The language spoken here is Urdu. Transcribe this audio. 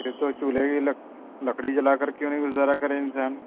پھر تو چُولہے ہی لکڑی جلا کر کیوں نہیں گُزارا کرے انسان